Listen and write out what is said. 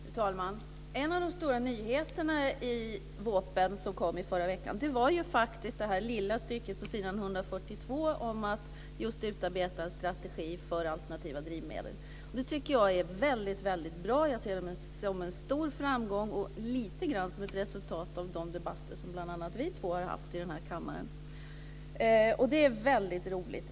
Fru talman! En av de stora nyheterna i VÅP:en som kom i förra veckan var den lilla anteckningen på s. 142 om utarbetande av en strategi för alternativa drivmedel. Jag tycker att den var väldigt bra. Jag ser det som en stor framgång, lite grann som ett resultat av de debatter som bl.a. vi två har haft i den här kammaren. Det är självklart väldigt roligt.